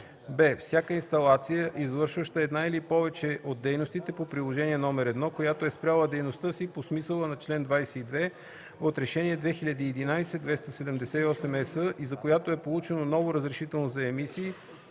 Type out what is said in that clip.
б) всяка инсталация, извършваща една или повече от дейностите по Приложение № 1, която е спряла дейността си по смисъла на чл. 22 от Решение 2011/278/ЕС и за която е получено ново разрешително за емисии